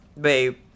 babe